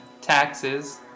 taxes